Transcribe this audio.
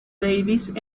davis